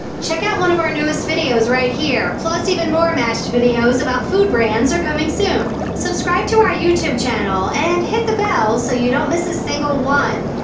check out one of our newest videos right here! plus, even more mashed videos about food brands are coming soon. subscribe to our youtube channel and hit the bell so you don't miss a single one.